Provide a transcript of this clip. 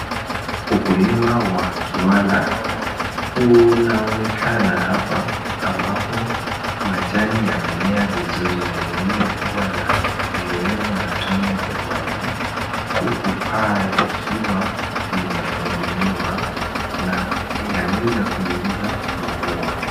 Ukulima wa kiwanda unaonekana hapa ambapo majani yamemea vizuri na nyingine kuwa na viyowevu na tone vya maji, huku paa likiwa limefunguliwa na yaweza kuingiza mvua.